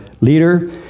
leader